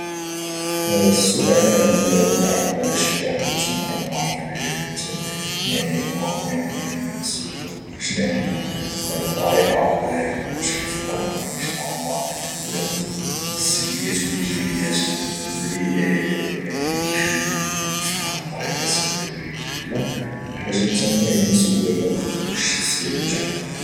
سؤالين اللي نقدر نطرحهم على شي واحد باش نقدر نعرف عليه يعني هو يعني شنا هي الطريقه باش كيفكر يعني شنو هما السلبيه الايجابيات يعني اللي كايخليوه يفكر بطريقه سلبيه اولا ايجابيه الحاجه الثانيه هي نسولو الأمور الشخصيه اللي متعلقه به